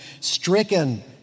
stricken